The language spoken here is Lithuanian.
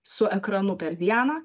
su ekranu per dieną